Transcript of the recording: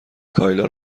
کایلا